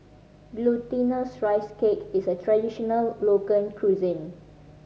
Glutinous Rice Cake is a traditional local cuisine